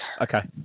Okay